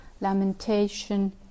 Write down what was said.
lamentation